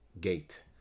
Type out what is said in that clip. gate